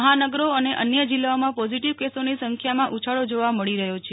મહાનગરો અને અન્ય જિલ્લાઓમાં પોઝિટિવ કેસોની સંખ્યમાં ઉછાળો જોવા મળી રહ્યો છે